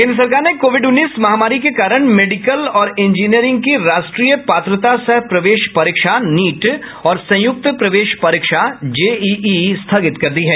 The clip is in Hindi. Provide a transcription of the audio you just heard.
केन्द्र सरकार ने कोविड उन्नीस महामारी के कारण मेडिकल और इंजीनियरिंग की राष्ट्रीय पात्रता सह प्रवेश परीक्षा नीट और संयुक्त प्रवेश परीक्षा जेईई स्थगित कर दी है